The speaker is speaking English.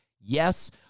yes